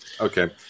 Okay